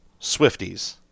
Swifties